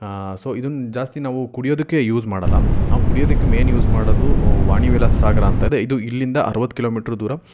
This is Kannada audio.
ಸೊ ಇದನ್ನ ಜಾಸ್ತಿ ನಾವು ಕುಡಿಯೋದಕ್ಕೆ ಯೂಸ್ ಮಾಡೋಲ್ಲ ನಾವು ಕುಡಿಯೋದಕ್ಕೆ ಮೇನ್ ಯೂಸ್ ಮಾಡೋದು ವಾಣಿ ವಿಲಾಸ ಸಾಗರ ಅಂತ ಇದೆ ಇದು ಇಲ್ಲಿಂದ ಅರುವತ್ತು ಕಿಲೋಮೀಟ್ರ್ ದೂರ